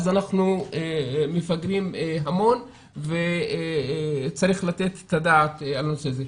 אנחנו מפגרים המון וצריכים לתת את הדעת על הנושא הזה.